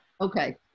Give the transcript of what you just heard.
Okay